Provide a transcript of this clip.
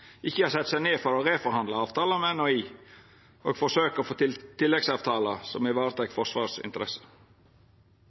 ikkje har sett seg ned for å reforhandla avtala med NHI og forsøkt å få til tilleggsavtaler som